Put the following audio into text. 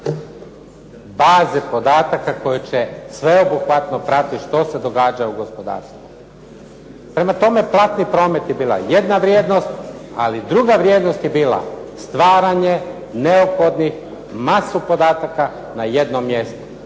baze podataka koje će sveobuhvatno pratiti što se događa u gospodarstvu. Prema tome, platni promet je bila jedna vrijednost, ali druga vrijednost je bila stvaranje neophodnih masu podataka na jednom mjestu.